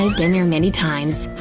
been there many times.